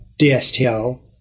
DSTL